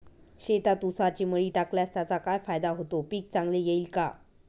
शेतात ऊसाची मळी टाकल्यास त्याचा काय फायदा होतो, पीक चांगले येईल का?